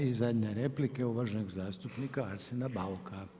I zadnja replika uvaženog zastupnika Arsena Bauka.